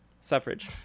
Suffrage